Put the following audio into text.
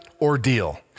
Ordeal